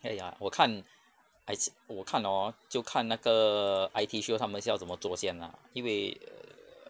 可以 ah 我看 I se~ 我看 hor 就看那个 I_T show 他们是要这么做先 lah 因为 err